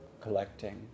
collecting